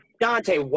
Dante